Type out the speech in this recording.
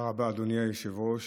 תודה רבה, אדוני היושב-ראש.